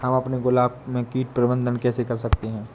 हम अपने गुलाब में कीट प्रबंधन कैसे कर सकते है?